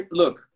look